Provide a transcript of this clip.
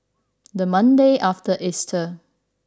the Monday after Easter